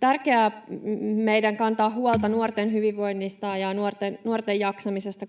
tärkeää kantaa huolta nuorten hyvinvoinnista ja nuorten jaksamisesta.